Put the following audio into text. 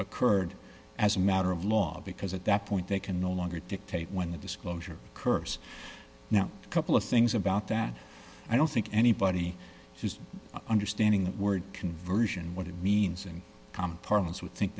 occurred as a matter of law because at that point they can no longer dictate when the disclosure curse now a couple of things about that i don't think anybody who's understanding the word conversion what it means in common parlance would think